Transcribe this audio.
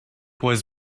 was